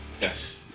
Yes